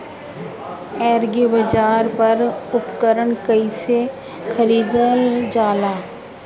एग्रीबाजार पर उपकरण कइसे खरीदल जाला?